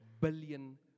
billion